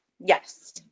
yes